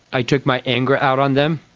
i took my anger out on them,